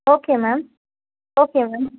okay ma'am okay ma'am